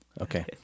Okay